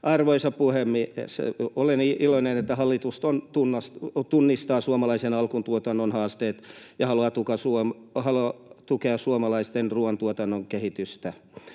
Arvoisa puhemies! Olen iloinen, että hallitus tunnistaa suomalaisen alkutuotannon haasteet ja haluaa tukea suomalaisen ruuantuotannon kehitystä.